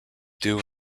due